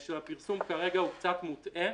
של הפרסום כרגע הוא קצת מוטעה,